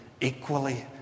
equally